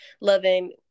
loving